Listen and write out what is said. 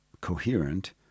coherent